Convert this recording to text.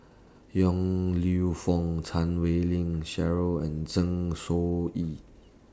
Yong Lew Foong Chan Wei Ling Cheryl and Zeng Shouyin